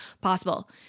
possible